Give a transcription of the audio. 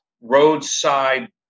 roadside